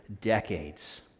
decades